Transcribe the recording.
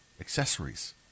accessories